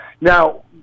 Now